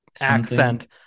accent